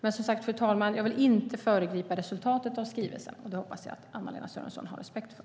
Fru talman! Jag vill som sagt inte föregripa resultatet av skrivelsen, och det hoppas jag att Anna-Lena Sörenson har respekt för.